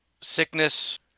sickness